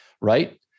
right